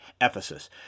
Ephesus